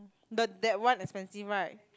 the that one expensive right